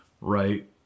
Right